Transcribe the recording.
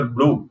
Blue